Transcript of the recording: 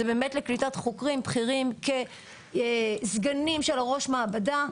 זה באמת לקליטת חוקרים בכירים כסגנים של ראש מעבדה,